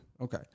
okay